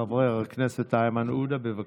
חבר הכנסת איימן עודה, בבקשה.